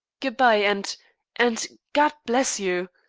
good-bye, and and god bless you!